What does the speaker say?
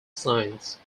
science